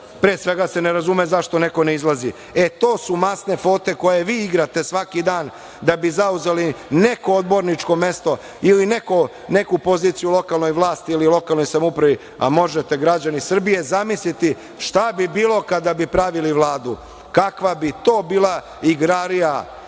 Pre svega se ne razume zašto neko ne izlazi. To su masne fote koje vi igrate svaki dan da bi zauzeli neko odborničko mesto, ili neku poziciju u lokalnoj vlasti ili lokalnoj samoupravi, a možete građani Srbije zamisliti šta bi bilo kada bi pravili vladu, kakva bi to bila igrarija,